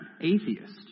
atheist